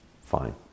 fine